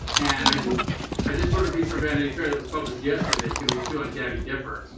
and i just i just wrote a piece for vanity fair that was published yesterday that you can read to on gabby gifford,